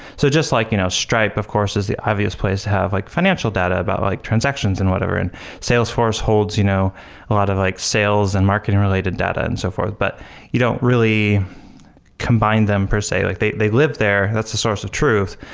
so just like you know stripe of course is the obvious place to have like financial data about like transactions and whatever. and salesforce holds you know a lot of like sales and marketing related data and so forth, but you don't really combine them, per se. they they live there. that's the source of truth,